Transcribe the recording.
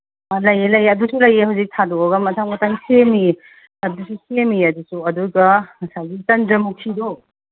ꯑ ꯂꯩꯌꯦ ꯂꯩꯌꯦ ꯑꯗꯨꯁꯨ ꯂꯩꯌꯦ ꯍꯧꯖꯤꯛ ꯊꯥꯗꯣꯛꯑꯒ ꯃꯊꯪ ꯃꯊꯪ ꯁꯦꯝꯃꯤ ꯑꯗꯨꯁꯨ ꯁꯦꯝꯃꯤꯌꯦ ꯑꯗꯨꯁꯨ ꯑꯗꯨꯒ ꯉꯁꯥꯏꯒꯤ ꯆꯟꯗ꯭ꯔꯃꯨꯈꯤꯗꯣ